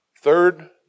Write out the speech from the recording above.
Third